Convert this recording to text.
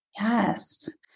Yes